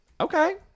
Okay